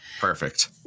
perfect